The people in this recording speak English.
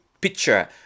picture